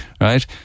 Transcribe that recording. right